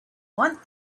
want